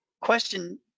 question